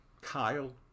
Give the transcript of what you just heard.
Kyle